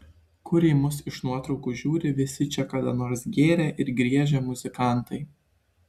kur į mus iš nuotraukų žiūri visi čia kada nors gėrę ir griežę muzikantai